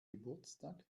geburtstag